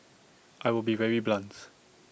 I will be very blunt